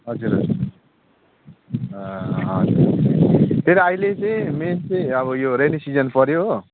हजुर त्यही त अहिले चाहिँ मेन चाहिँ अब यो रेनी सिजन पर्यो हो